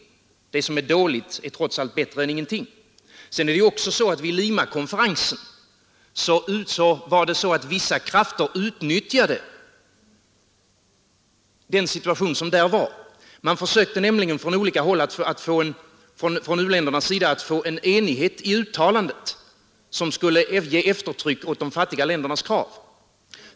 Det som är dåligt är trots allt bättre än ingenting. Vid Limakonferensen utnyttjade vissa krafter den situation som rådde. Man försökte från olika u-länders sida att uppnå en enighet i uttalandet, som skulle ge eftertryck åt de fattiga ländernas krav.